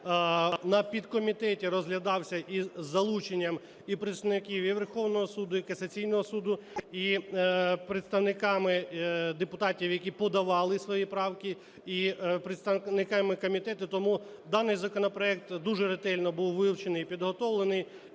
на підкомітеті розглядався із залученням і представників і Верховного Суду, і касаційного суду, і представниками депутатів, які подавали свої правки, і представниками комітету. Тому даний законопроект дуже ретельно був вивчений і підготовлений.